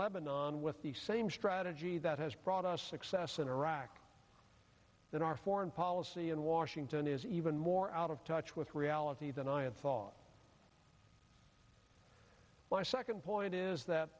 lebanon with the same strategy that has brought us success in iraq then our foreign policy in washington is even more out of touch with reality than i thought my second point is that